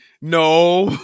No